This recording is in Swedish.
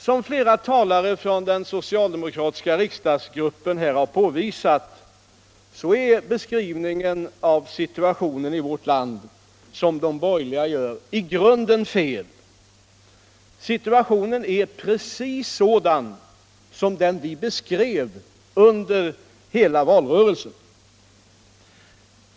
Som flera talare från den socialdemokratiska riksdagsgruppen här har påvisat är den beskrivning av situationen i vårt land som de borgerliga gör i grunden är fel. Situationen är precis sådan som vi beskrev den under hela valrörelsen.